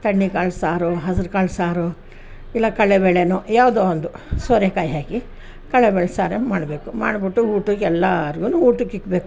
ತಣ್ಣಗೆ ಆಗಿದ್ದ ಸಾರೋ ಹೆಸ್ರು ಕಾಳು ಸಾರೋ ಇಲ್ಲ ಕಡ್ಲೆಬೇಳೆಯೇ ಯಾವುದೋ ಒಂದು ಸೋರೆಕಾಯಿ ಹಾಕಿ ಕಡಲೇಬೇಳೆ ಸಾರು ಮಾಡಬೇಕು ಮಾಡಿಬಿಟ್ಟು ಊಟಕ್ಕೆ ಎಲ್ಲರ್ಗೂ ಊಟಕ್ಕೆ ಇಡ್ಬೇಕು